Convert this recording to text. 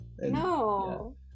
No